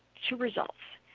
two results.